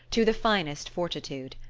to the finest fortitude.